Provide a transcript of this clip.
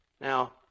Now